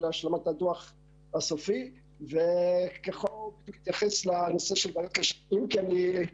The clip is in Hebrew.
השלמת הדו"ח הסופי וככל שנתייחס לנושא ש- -- מבדיקה